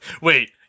wait